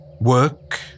Work